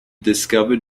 discovered